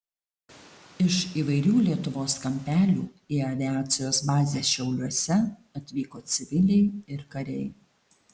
iš įvairių lietuvos kampelių į aviacijos bazę šiauliuose atvyko civiliai ir kariai